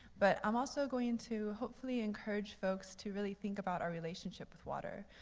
but i'm also going to hopefully encourage folks to really think about our relationship with water.